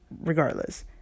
regardless